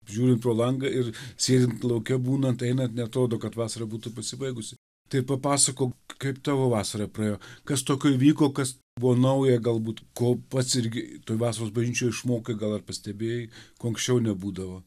žiūrint pro langą ir sėdint lauke būnant einant neatrodo kad vasara būtų pasibaigusi tai papasakok kaip tavo vasara praėjo kas tokio įvyko kas buvo nauja galbūt kol pats irgi toj vasaros bažnyčioj išmokai gal ar pastebėjai ko anksčiau nebūdavo